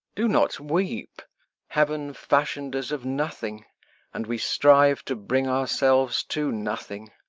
do not weep heaven fashion'd us of nothing and we strive to bring ourselves to nothing